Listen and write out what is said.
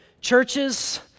churches